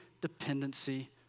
dependency